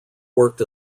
worked